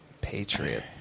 Patriot